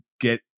get